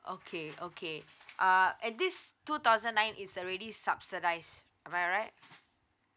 okay okay uh at this two thousand nine is already subsidized am I right